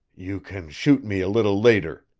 you can shoot me a little later,